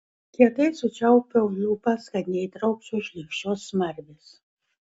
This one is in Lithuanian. kietai sučiaupiau lūpas kad neįtraukčiau šlykščios smarvės